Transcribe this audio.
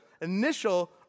initial